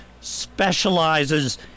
specializes